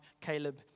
Caleb